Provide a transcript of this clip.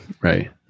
right